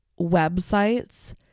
websites